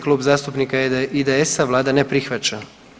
Klub zastupnika IDS-a, Vlada ne prihvaća.